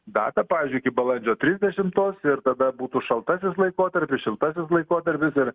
datą pavyzdžiui iki balandžio trisdešimtos ir tada būtų šaltasis laikotarpis šiltasis laikotarpis ir